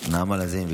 נעמה לזימי.